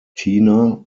tina